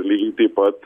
lygiai taip pat